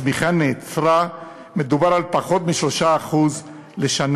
הצמיחה נעצרה, מדובר על פחות מ-3% לשנה.